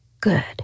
good